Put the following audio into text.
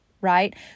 right